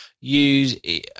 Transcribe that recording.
use